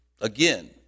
again